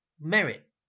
merit